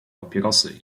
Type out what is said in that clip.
papierosy